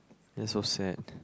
that's so sad